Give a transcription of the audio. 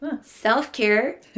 Self-care